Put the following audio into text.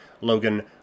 Logan